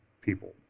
people